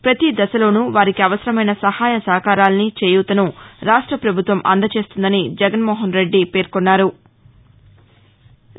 పతి దశలోనూ వారికి అవసరమైన సహాయ సహకారాల్ని చేయూతను రాష్ట ప్రభుత్వం అందజేస్తుందని జగన్మోహన్రెడి స్పష్టంచేశారు